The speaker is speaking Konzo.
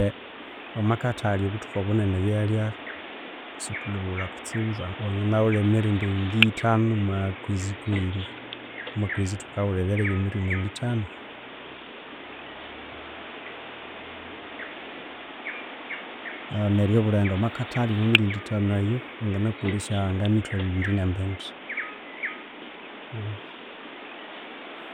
Wavomwa kathalhe obuthuku obunene sithulhighulha kutsibu wanganaghulha emirundi ngi thanu omwa kwezi kughima omwa kwezi thukaghulha ebyalhya ebye mirundi ngi thanu neryo obulhighenda omwa kathalhi omwa mirundi ethanu eyo wanakolhesya nga mithwalhu ebiri ne mbindi.